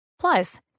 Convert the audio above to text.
Plus